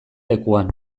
lekuan